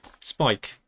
spike